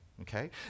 okay